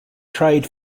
trade